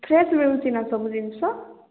fresh ମିଳୁଛି ନା ସବୁ ଜିନିଷ